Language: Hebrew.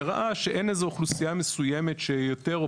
וראה שאין איזו אוכלוסייה מסוימת שיותר או